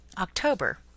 October